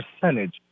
percentage